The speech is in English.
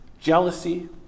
jealousy